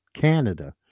Canada